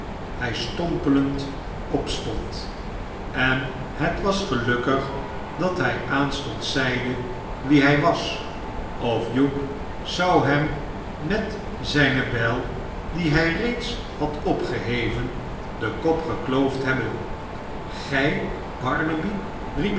hij stompelend opstond en het was gelukkig dat hij aanstonds zeide wie hij was of hugh zou hem met zijne bijl die hij reeds had opgeheven den kopgekloofd hebben r gij